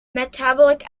metabolic